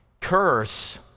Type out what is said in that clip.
curse